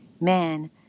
Man